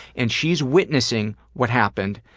and she's witnessing what happened.